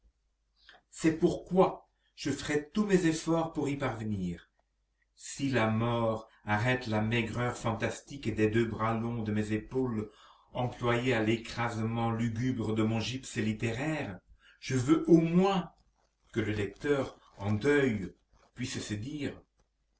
c'est pourquoi je ferai tous mes efforts pour y parvenir si la mort arrête la maigreur fantastique des deux bras longs de mes épaules employés à l'écrasement lugubre de mon gypse littéraire je veux au moins que le lecteur en deuil puisse se dire